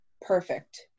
perfect